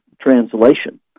translation